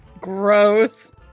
Gross